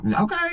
Okay